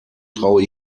traue